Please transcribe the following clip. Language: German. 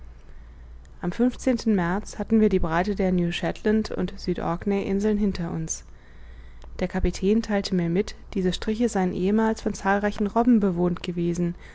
am märz hatten wir die breite der new shet land und süd orkney inseln hinter uns der kapitän theilte mir mit diese striche seien ehemals von zahlreichen robben bewohnt gewesen